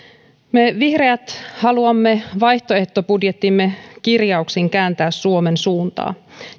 me vihreät haluamme vaihtoehtobudjettimme kirjauksin kääntää suomen suuntaa